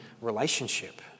relationship